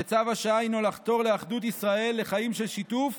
שצו השעה הוא לחתור לאחדות ישראל, לחיים של שיתוף